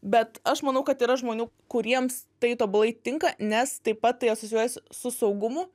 bet aš manau kad yra žmonių kuriems tai tobulai tinka nes taip pat tai asocijuojasi su saugumu